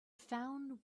found